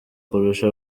kurusha